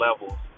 levels